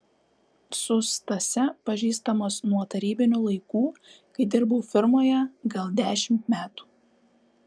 su stase pažįstamas nuo tarybinių laikų kai dirbau fermoje gal dešimt metų